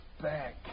back